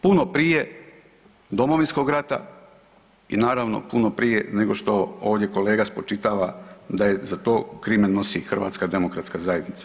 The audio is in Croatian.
Puno prije Domovinskog rata i naravno puno prije nego što ovdje kolega spočitava da za to krimen nosi HDZ.